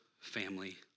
family